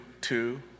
two